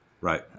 Right